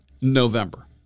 November